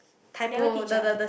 oh never teach ah